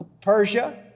Persia